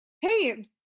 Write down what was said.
hey